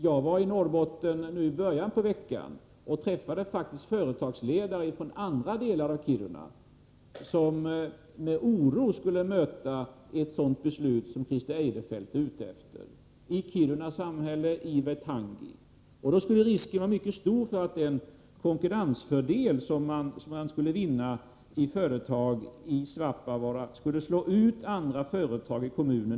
Jag var i Norrbotten i början på veckan och träffade företagsledare från andra delar av Kiruna kommun — exempelvis Kiruna samhälle och Vittangi — som med oro skulle möta ett sådant beslut som Christer Eirefelt är ute efter. Risken skulle vara mycket stor för att den konkurrensfördel som företag i Svappavaara skulle få, skulle innebära att man slår ut andra företag i kommunen.